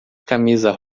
camisa